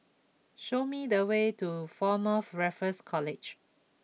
show me the way to Former Raffles College